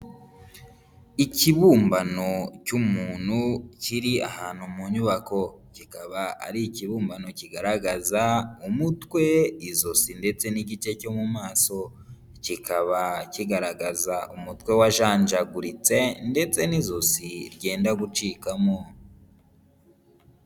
Ikibumbano cy'umuntu kiri ahantu mu nyubako, kikaba ari ikibumbano kigaragaza umutwe, izosi ndetse n'igice cyo mu maso. Kikaba kigaragaza umutwe wajanjaguritse ndetse n'ijosi ryenda gucikamo.